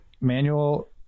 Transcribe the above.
Manual